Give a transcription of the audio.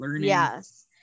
yes